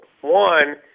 One